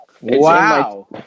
Wow